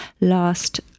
last